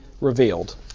revealed